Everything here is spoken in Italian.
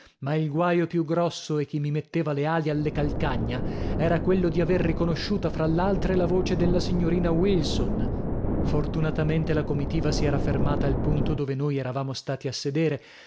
ma il guaio più grosso e che mi metteva le ali alle calcagna era quello di aver riconosciuta fra l'altre la voce della signorina wilson fortunatamente la comitiva si era fermata al punto dove noi eravamo stati a sedere